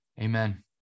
amen